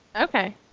Okay